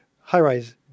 high-rise